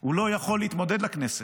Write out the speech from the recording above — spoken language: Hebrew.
הוא לא יכול להתמודד לכנסת,